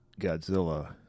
Godzilla